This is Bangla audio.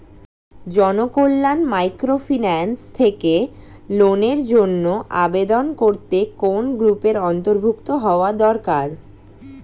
জনকল্যাণ মাইক্রোফিন্যান্স থেকে লোনের জন্য আবেদন করতে কোন গ্রুপের অন্তর্ভুক্ত হওয়া দরকার?